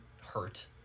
hurt